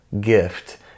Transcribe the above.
gift